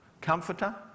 comforter